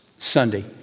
Sunday